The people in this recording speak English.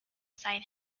side